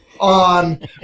on